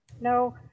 No